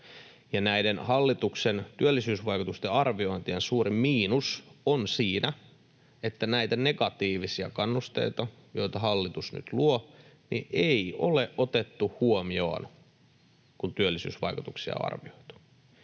näiden hallituksen työllisyysvaikutusten arviointien suuri miinus on siinä, että näitä negatiivisia kannusteita, joita hallitus nyt luo, ei ole otettu huomioon, kun työllisyysvaikutuksia on arvioitu.